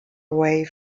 wave